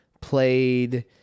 played